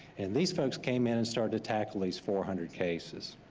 and these folks came in and started to tackle these four hundred cases.